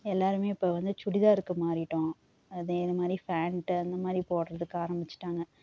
எல்லாருமே இப்போ வந்து சுடிதாருக்கு மாறி விட்டோம் அதேமாதிரி ஃபேண்ட்டு அந்தமாதிரி போடுறதுக்கு ஆரமிச்சி விட்டாங்க